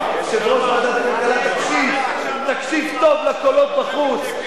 תקשיב טוב לקולות בחוץ,